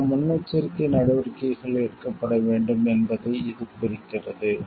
பல முன்னெச்சரிக்கை நடவடிக்கைகள் எடுக்கப்பட வேண்டும் என்பதை இது குறிக்கிறது